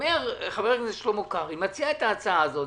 חבר הכנסת שלמה קרעי מציע את ההצעה הזאת,